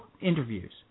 interviews